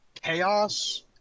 Chaos